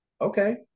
okay